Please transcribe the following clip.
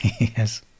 Yes